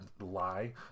lie